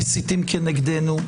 מסיתים כנגדנו.